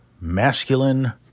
masculine